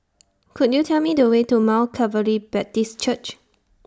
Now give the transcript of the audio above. Could YOU Tell Me The Way to Mount Calvary Baptist Church